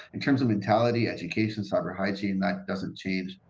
in terms of mentality education, cyber hygiene, that doesn't change.